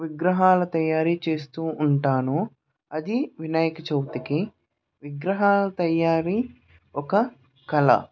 విగ్రహాలు తయారి చేస్తు ఉంటాను అది వినాయక చవితికి విగ్రహాల తయారీ ఒక కళా